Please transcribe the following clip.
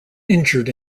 injured